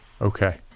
Okay